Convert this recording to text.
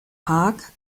haag